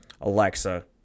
Alexa